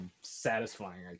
satisfying